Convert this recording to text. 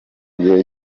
gihe